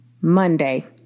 Monday